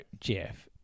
Jeff